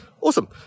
Awesome